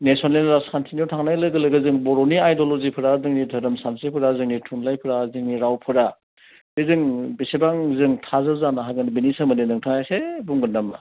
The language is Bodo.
नेसनेल राजखान्थियाव थांनाय लोगो लोगो जों बर'नि आयड'ल'जिफोरा जोंनि धोरोम सानस्रिफोरा जोंनि थुनलाइफोरा जोंनि रावफोरा बे जों बेसेबां जों थाजौ जानो हागोन बेनि सोमोन्दै नोंथाङा एसे बुंगोन नामा